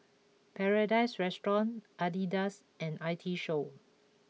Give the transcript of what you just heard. Paradise Restaurant Adidas and I T Show